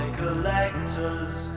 collectors